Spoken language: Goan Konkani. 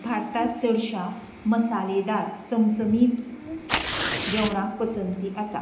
भारतात चडशा मसालेदार चमचमीत जेवणाक पसंती आसा